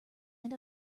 end